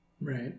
Right